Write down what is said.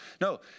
No